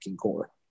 core